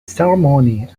ceremony